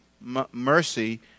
mercy